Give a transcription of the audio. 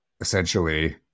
essentially